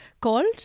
Called